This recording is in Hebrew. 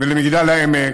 למגדל העמק,